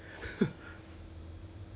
ya lor December expiring mah right